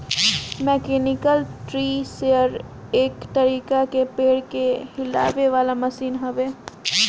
mechanical tree shaker एक तरीका के पेड़ के हिलावे वाला मशीन हवे